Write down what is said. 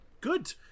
good